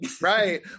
right